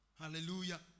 Hallelujah